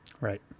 Right